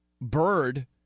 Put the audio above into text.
Bird